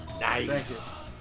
nice